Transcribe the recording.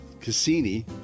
Cassini